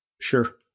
Sure